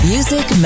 Music